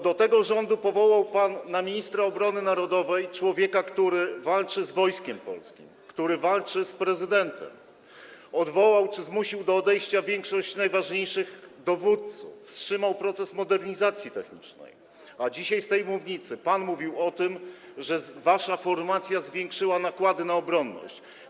Do tego rządu powołał pan na ministra obrony narodowej człowieka, który walczy z Wojskiem Polskim, który walczy z prezydentem, odwołał czy zmusił do odejścia większość najważniejszych dowódców, wstrzymał proces modernizacji technicznej, a dzisiaj z tej mównicy mówił pan o tym, że wasza formacja zwiększyła nakłady na obronność.